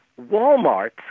Walmart